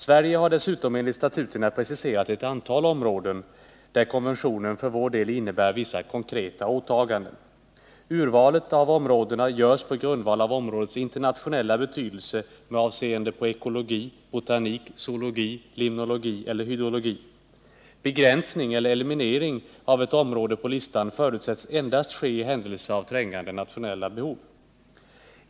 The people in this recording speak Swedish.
Sverige har dessutom enligt statuterna preciserat ett antal områden där konventionen för vår del innebär vissa konkreta åtaganden. Urvalet av områdena görs på grundval av deras internationella betydelse med avseende på ekologi, botanik, zoologi, limnologi eller hydrologi. Begränsning eller eliminering av ett område på listan förutsätts endast ske i händelse av trängande nationella behov.